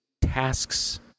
tasks